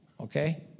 okay